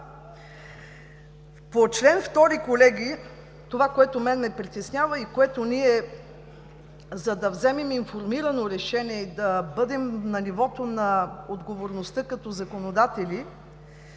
По чл. 2, колеги, това, което мен ме притеснява, за да вземем информирано решение и да бъдем на нивото на отговорността като законодатели,